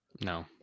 No